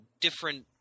different